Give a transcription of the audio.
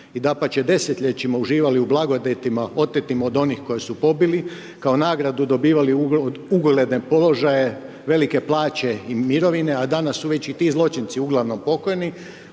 i dapače, desetljećima uživali u blagodatima otetim od onih koji su pobili, kao nagradu dobivali ugledne položaje velike plaće i mirovine, a danas su već i ti zločinci uglavnom pokojni,